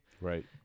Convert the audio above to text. Right